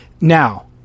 Now